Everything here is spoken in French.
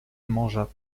mangea